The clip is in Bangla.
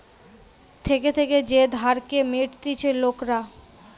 থেকে থেকে যে ধারকে মিটতিছে লোকরা